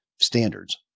standards